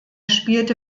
spielte